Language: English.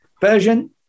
Persian